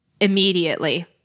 immediately